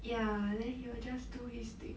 ya then he will just do his thing